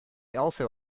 also